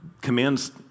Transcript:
Commands